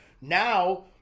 Now